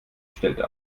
stellte